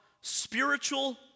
spiritual